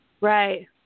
right